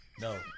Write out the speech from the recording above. No